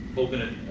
open